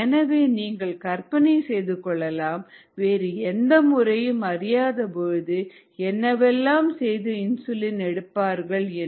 எனவே நீங்கள் கற்பனை செய்து கொள்ளலாம் வேறு எந்த முறையும் அறியாத பொழுது என்னவெல்லாம் செய்து இன்சுலின் எடுப்பார்கள் என்று